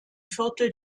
viertel